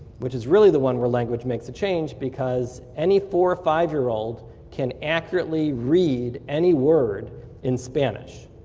which is really the one where language makes the change because any four or five year old can accurately read any word in spanish.